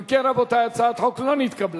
אם כן, רבותי, הצעת החוק לא נתקבלה.